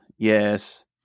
Yes